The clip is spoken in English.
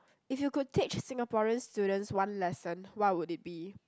if you could teach Singaporean students one lesson what would it be